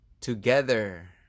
together